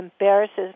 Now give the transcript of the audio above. embarrasses